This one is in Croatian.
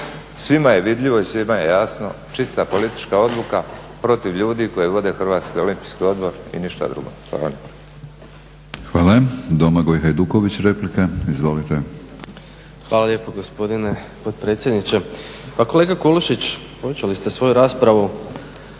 svima je vidljivo i svima je jasno, čista politička odluka protiv ljudi koji vode Hrvatski olimpijski odbor i ništa drugo. Hvala. **Batinić, Milorad (HNS)** Hvala. Domagoj Hajduković, replika. Izvolite. **Hajduković, Domagoj (SDP)** Hvala lijepo gospodine potpredsjedniče. Pa kolega Kolušić, povećali ste svoju raspravu